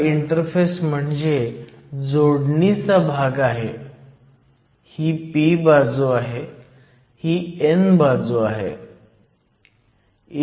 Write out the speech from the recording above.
हा इंटरफेस म्हणजे जोडणीचा भाग आहे ही p बाजू आहे ही n बाजू आहे